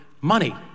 money